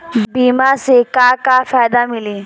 बीमा से का का फायदा मिली?